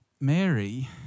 Mary